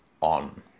on